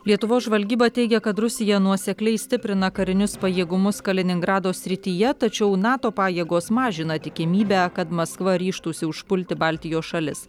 lietuvos žvalgyba teigia kad rusija nuosekliai stiprina karinius pajėgumus kaliningrado srityje tačiau nato pajėgos mažina tikimybę kad maskva ryžtųsi užpulti baltijos šalis